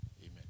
Amen